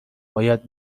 باید